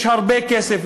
שיש להם הרבה כסף,